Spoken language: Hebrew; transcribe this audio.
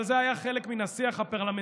אבל זה היה חלק מן השיח הפרלמנטרי.